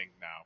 now